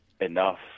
enough